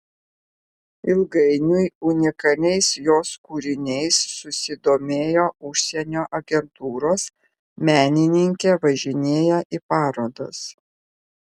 ilgainiui unikaliais jos kūriniais susidomėjo užsienio agentūros menininkė važinėja į parodas